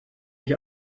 ich